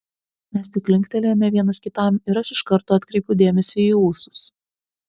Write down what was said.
mes tik linktelėjome vienas kitam ir aš iš karto atkreipiau dėmesį į ūsus